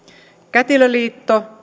kätilöliitto